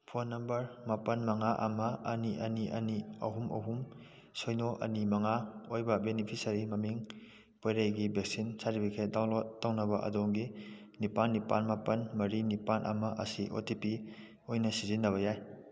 phone number ꯃꯥꯄꯜ ꯃꯉꯥ ꯑꯃ ꯑꯅꯤ ꯑꯅꯤ ꯑꯅꯤ ꯑꯍꯨꯝ ꯑꯍꯨꯝ ꯁꯤꯅꯣ ꯑꯅꯤ ꯃꯉꯥ ꯑꯣꯏꯕ ꯕꯤꯅꯤꯐꯤꯁꯔꯤ ꯃꯃꯤꯡ ꯄꯣꯏꯔꯩꯒꯤ ꯚꯦꯛꯁꯤꯟ ꯁꯔꯇꯤꯐꯤꯀꯦꯠ ꯗꯥꯎꯟꯂꯣꯠ ꯇꯧꯅꯕ ꯑꯗꯣꯝꯒꯤ ꯅꯤꯄꯥꯜ ꯅꯤꯄꯥꯜ ꯃꯥꯄꯜ ꯃꯔꯤ ꯅꯤꯄꯥꯜ ꯑꯃ ꯑꯁꯤ ꯑꯣ ꯇꯤ ꯄꯤ ꯑꯣꯏꯅ ꯁꯤꯖꯤꯟꯅꯕ ꯌꯥꯏ